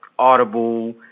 Audible